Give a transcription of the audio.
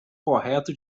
correto